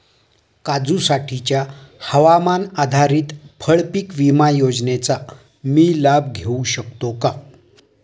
काजूसाठीच्या हवामान आधारित फळपीक विमा योजनेचा मी लाभ घेऊ शकतो का?